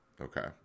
okay